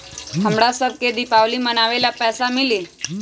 हमरा शव के दिवाली मनावेला पैसा मिली?